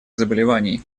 заболеваний